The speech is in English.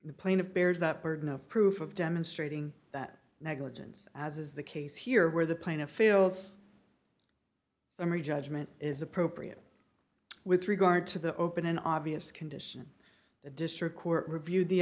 the plaintiff bears that burden of proof of demonstrating that negligence as is the case here where the plaintiff feels summary judgment is appropriate with regard to the open an obvious condition the district court reviewed the